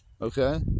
Okay